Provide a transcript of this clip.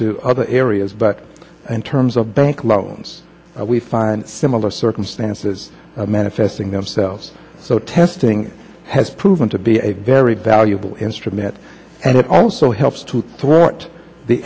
to other areas but in terms of bank loans we find similar circumstances manifesting themselves so testing has proven to be a very valuable instrument and it also helps to thwart the